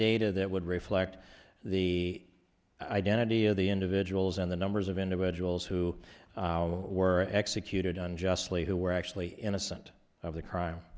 data that would reflect the identity of the individuals and the numbers of individuals who were executed unjustly who were actually innocent of the crime